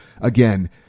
again